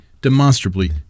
demonstrably